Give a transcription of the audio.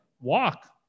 walk